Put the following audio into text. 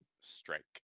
Strike